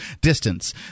distance